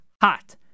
hot